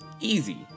easy